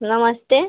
नमस्ते